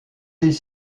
des